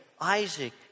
Isaac